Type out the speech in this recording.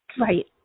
Right